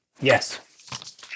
Yes